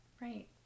Right